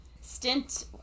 stint